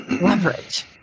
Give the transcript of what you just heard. leverage